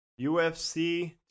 ufc